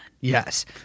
Yes